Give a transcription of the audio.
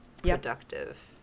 productive